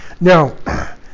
now